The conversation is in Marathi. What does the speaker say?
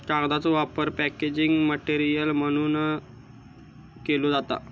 कागदाचो वापर पॅकेजिंग मटेरियल म्हणूनव केलो जाता